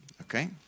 Okay